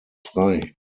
frei